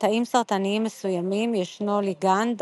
בתאים סרטניים מסוימים ישנו ליגאנד,